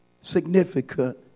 significant